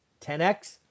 10X